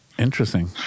Interesting